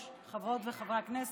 אדוני היושב-ראש, חברות וחברי הכנסת,